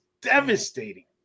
devastating